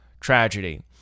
tragedy